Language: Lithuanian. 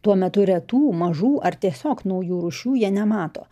tuo metu retų mažų ar tiesiog naujų rūšių jie nemato